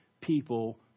people